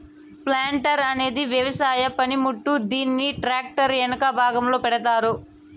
planter అనేది వ్యవసాయ పనిముట్టు, దీనిని ట్రాక్టర్ కు ఎనక భాగంలో పెడతారు